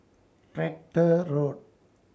Tractor Road